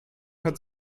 hat